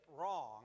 wrong